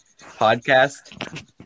podcast